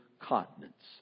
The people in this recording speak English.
continents